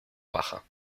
paja